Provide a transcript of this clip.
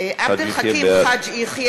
(קוראת בשם חבר הכנסת) עבד אל חכים חאג' יחיא,